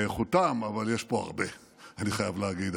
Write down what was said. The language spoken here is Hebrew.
באיכותם, אבל יש פה הרבה, אני חייב להגיד.